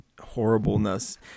horribleness